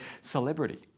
celebrity